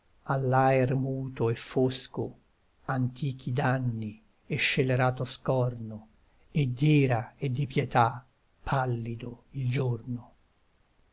campi all'aer muto e fosco antichi danni e scellerato scorno e d'ira e di pietà pallido il giorno